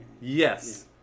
Yes